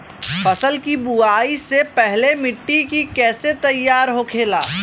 फसल की बुवाई से पहले मिट्टी की कैसे तैयार होखेला?